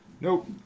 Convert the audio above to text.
Nope